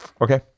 Okay